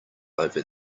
over